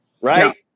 right